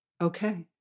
okay